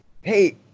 hey